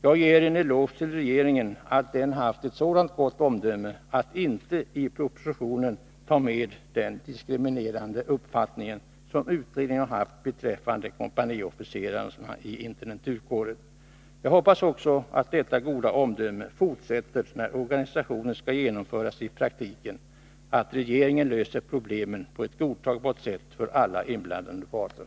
Jag ger en eloge till regeringen för att den haft ett sådant gott omdöme att den inte i propositionen tagit med den diskriminerande uppfattning som utredningen haft beträffande kompaniofficerarna i intendenturkåren. Jag hoppas också att detta goda omdöme fortsätter, när organisationen skall genomföras i praktiken, och att regeringen löser problemen på ett godtagbart sätt för alla inblandade parter.